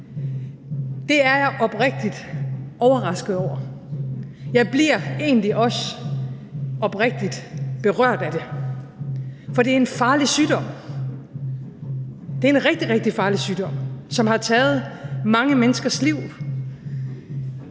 Det er jeg oprigtig overrasket over. Jeg bliver egentlig også oprigtig berørt af det, for det er en farlig sygdom. Det er en rigtig, rigtig farlig sygdom, som har taget mange menneskers liv.